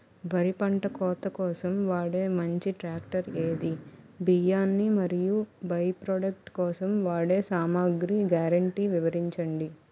వరి పంట కోత కోసం వాడే మంచి ట్రాక్టర్ ఏది? బియ్యాన్ని మరియు బై ప్రొడక్ట్ కోసం వాడే సామాగ్రి గ్యారంటీ వివరించండి?